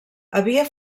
havia